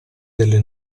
delle